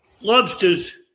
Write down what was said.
lobsters